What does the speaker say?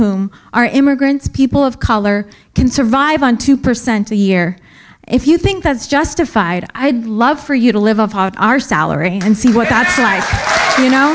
whom are immigrants people of color can survive on two percent a year if you think that's justified i'd love for you to live out our salary and see what got you know